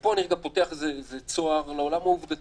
ופה אני גם פותח צוהר לעולם העובדתי.